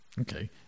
Okay